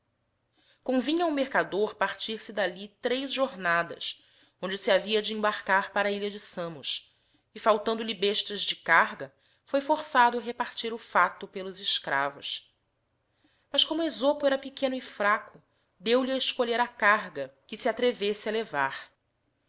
convinha ao mercador partir-se dalli três jornadas onde se havia de embarcar para a ilha de samos e faltandoihe bestas de carga foi forçado repartir o fato pelos escravos mas como esopo era pequeno e fraco deo lhe a escolher a carga que se atrevesse